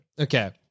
Okay